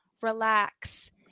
Relax